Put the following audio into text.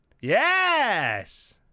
Yes